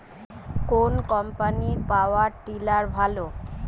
কোন কম্পানির power tiller ভালো?